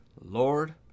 Lord